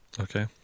Okay